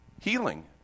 healing